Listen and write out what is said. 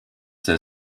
their